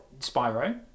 Spyro